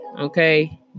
Okay